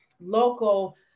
local